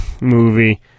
movie